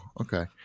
okay